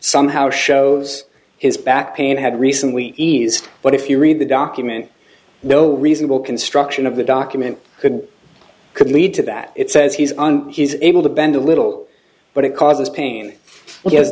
somehow shows his back pain had recently eased but if you read the document no reasonable construction of the document could could lead to that it says he's on he's able to bend a little but it causes pain he has